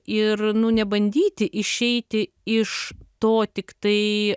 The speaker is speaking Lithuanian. ir nu nebandyti išeiti iš to tiktai